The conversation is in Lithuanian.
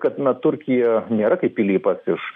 kad na turkija nėra kaip pilypas iš